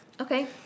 Okay